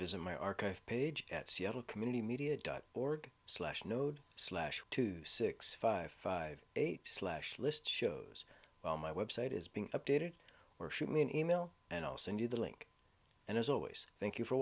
visit my archive page at seattle community media dot org slash node slash two six five five eight slash list shows well my website is being updated or shoot me an email and i'll send you the link and as always thank you for